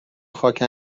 خاک